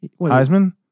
Heisman